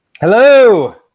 Hello